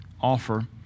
offer